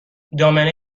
دامنه